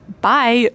Bye